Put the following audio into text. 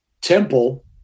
temple